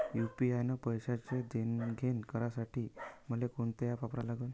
UPI न पैशाचं देणंघेणं करासाठी मले कोनते ॲप वापरा लागन?